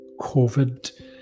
COVID